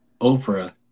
Oprah